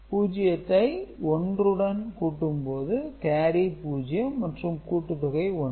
0 வை 1 உடன் கூட்டும்போது கேரி 0 மற்றும் கூட்டுத்தொகை 1